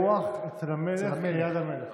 הוא הפעם היה באירוח אצל המלך כיד המלך.